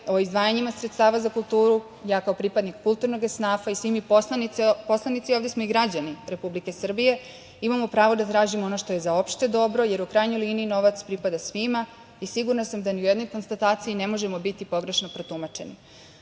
o izdvajanjima sredstava za kulturu, ja kao pripadnik kulturnog esnafa i svi mi poslanici ovde smo i građani Republike Srbije imamo pravo da tražimo ono što je za opšte dobro, jer u krajnjoj lini novac pripada svima i sigurna sam da ni u jednoj konstataciji ne možemo biti pogrešno protumačeni.U